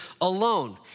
alone